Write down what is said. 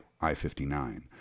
I-59